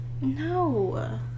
No